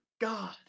God